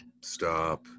Stop